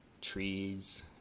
trees